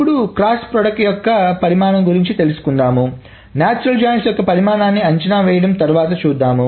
ఇప్పుడు cross product యొక్క పరిమాణం గురించి తెలుసుకుందాము నాచురల్ జాయిన్స్ యొక్క పరిమాణాన్ని అంచనా వేయడం తరువాత చూద్దాం